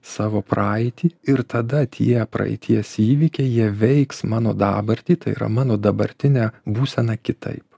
savo praeitį ir tada tie praeities įvykiai jie veiks mano dabartį tai yra mano dabartinę būseną kitaip